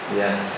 yes